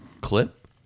clip